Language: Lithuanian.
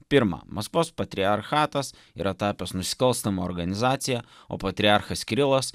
pirma maskvos patriarchatas yra tapęs nusikalstama organizacija o patriarchas kirilas